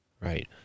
Right